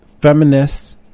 feminists